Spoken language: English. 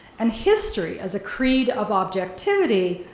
and history as a creed of objectivity,